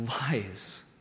lies